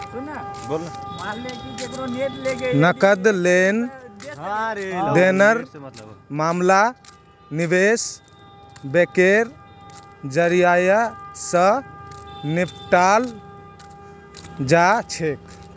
नकद लेन देनेर मामला निवेश बैंकेर जरियई, स निपटाल जा छेक